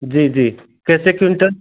जी जी कैसे क्विंटल